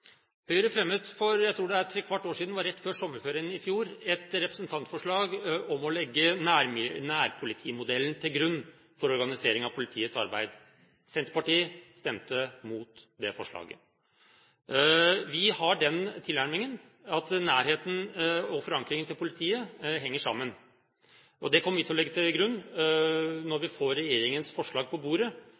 Høyre fremmet for – jeg tror det er – trekvart år siden, rett før sommerferien i fjor, et representantforslag om å legge nærpolitimodellen til grunn for organisering av politiets arbeid. Senterpartiet stemte imot det forslaget. Vi har den tilnærmingen at nærhet og forankring til politiet henger sammen, og det kommer vi til å legge til grunn når vi får regjeringens forslag på bordet